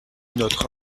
notre